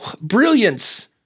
Brilliance